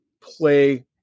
play